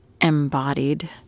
embodied